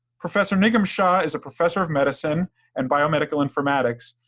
professor nigam shah is a professor of medicine and biomedical informatics,